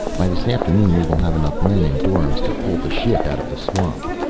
by this afternoon we will have enough men and doryms to pull the ship out of the swamp.